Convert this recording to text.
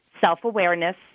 self-awareness